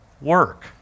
work